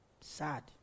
Sad